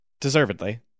Deservedly